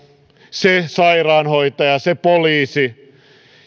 ne sairaanhoitajat ne poliisit